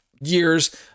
years